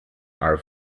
are